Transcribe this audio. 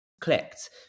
clicked